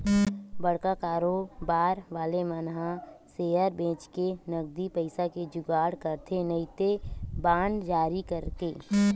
बड़का कारोबार वाले मन ह सेयर बेंचके नगदी पइसा के जुगाड़ करथे नइते बांड जारी करके